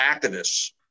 activists